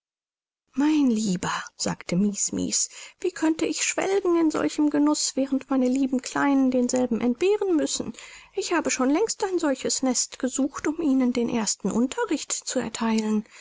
mein lieber sagte mies mies wie könnte ich schwelgen in solchem genuß während meine lieben kleinen denselben entbehren müssen ich habe schon längst ein solches nest gesucht um ihnen den ersten unterricht zu ertheilen